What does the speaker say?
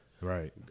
Right